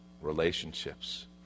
Relationships